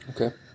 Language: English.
Okay